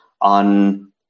on